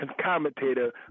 commentator